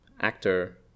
actor